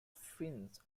fins